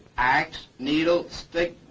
ax, needle, stick,